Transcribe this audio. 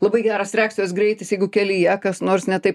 labai geros reakcijos greitis jeigu kelyje kas nors ne taip